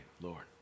Lord